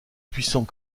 puissant